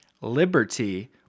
liberty